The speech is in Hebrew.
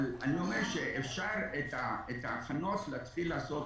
אבל אני אומר שאפשר את ההכנות להתחיל לעשות